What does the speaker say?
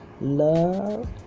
love